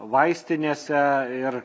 vaistinėse ir